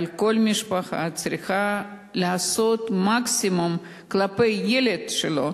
אבל כל משפחה צריכה לעשות מקסימום כלפי הילד שלה,